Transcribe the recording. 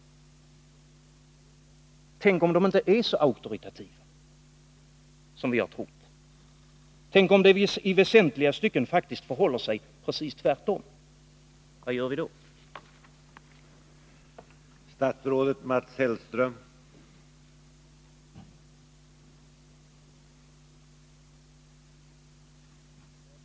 Tänk om de inte är så auktoritativa som vi har trott! Tänk om det i väsentliga stycken faktiskt förhåller sig precis tvärtom! Vad gör vi då?